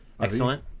Excellent